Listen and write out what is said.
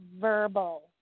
verbal